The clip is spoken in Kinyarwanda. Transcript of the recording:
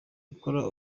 gukora